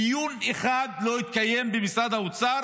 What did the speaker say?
דיון אחד לא התקיים במשרד האוצר